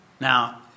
Now